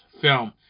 film